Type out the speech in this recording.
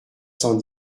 cent